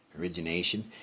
origination